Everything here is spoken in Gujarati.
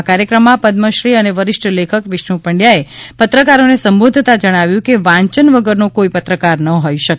આ કાર્યક્રમમાં પદ્મ શ્રી અને વરિષ્ઠ લેખક વિષ્ણુ પંડ્યાએ પત્રકારોને સંબોધતા જણાવ્યું હતું કે વાંચન વગરનો કોઈ પત્રકાર ન હોય શકે